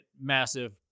massive